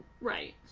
Right